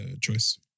choice